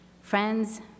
Friends